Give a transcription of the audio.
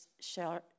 share